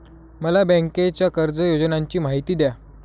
मला बँकेच्या कर्ज योजनांची माहिती द्या